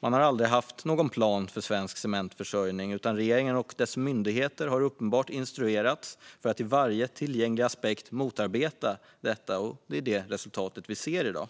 Man har aldrig haft någon plan för svensk cementförsörjning, utan regeringen och dess myndigheter har uppenbart instruerats att i varje tillgänglig aspekt motarbeta detta. Resultatet ser vi i dag.